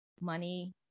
money